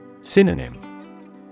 Synonym